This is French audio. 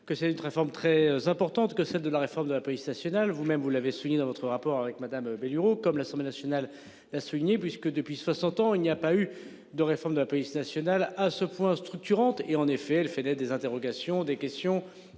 que c'est une réforme très importante que celle de la réforme de la police nationale. Vous même vous l'avez souligné dans notre rapport avec madame Bénureau comme l'Assemblée nationale a souligné puisque depuis 60 ans, il n'y a pas eu de réforme de la police nationale à ce point structurante et en effet, elle fait naître des interrogations, des questions